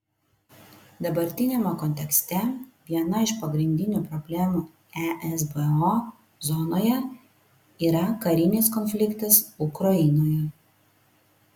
dabartiniame kontekste viena iš pagrindinių problemų esbo zonoje yra karinis konfliktas ukrainoje